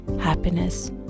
happiness